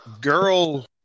girl